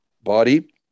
body